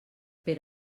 per